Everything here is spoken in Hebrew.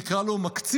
נקרא לו מקצין,